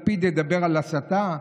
לפיד ידבר על הסתה?